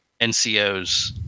NCOs